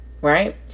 right